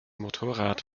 motorrad